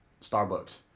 Starbucks